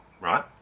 right